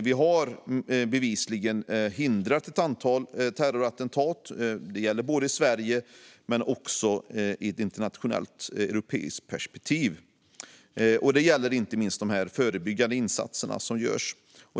Vi har bevisligen hindrat ett antal terrorattentat både i Sverige och i ett internationellt och europeiskt perspektiv. Det gäller inte minst de förebyggande insatser som görs.